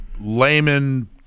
layman